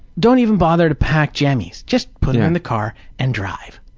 don't even bother to pack jammies, just put them in the car and drive.